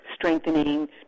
strengthening